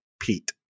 Pete